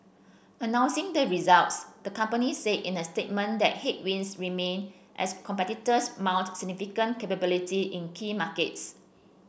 announcing the results the company said in a statement that headwinds remain as competitors mount significant capacity in key markets